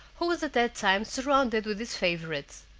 who was at that time surrounded with his favorites.